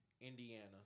Indiana